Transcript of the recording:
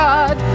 God